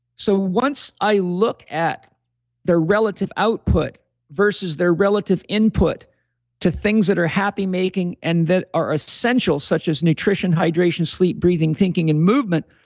so once i look at their relative output versus their relative input to things that are happy making, and that are essential, such as nutrition, hydration, sleep, breathing, thinking, and movement,